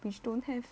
which don't have